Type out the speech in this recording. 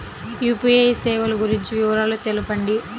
UPI సేవలు గురించి వివరాలు తెలుపండి?